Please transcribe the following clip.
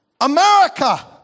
America